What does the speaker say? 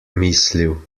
mislil